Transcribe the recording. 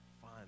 fun